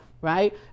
right